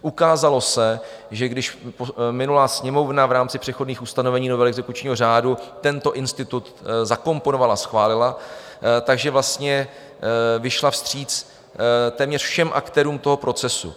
Ukázalo se, že když minulá Sněmovna v rámci přechodných ustanovení novely exekučního řádu tento institut zakomponovala a schválila, tak vlastně vyšla vstříc téměř všem aktérům toho procesu.